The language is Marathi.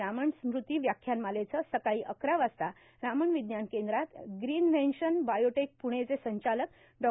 रामन स्मृती व्याख्यानमालेचं सकाळी अकरा वाजता रामन विज्ञान केंद्रात ग्रिनव्हेंशन बायोटेक प्रणेचे संचालक डॉ